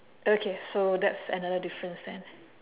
okay so that's another difference then